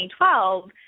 2012